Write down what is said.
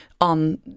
on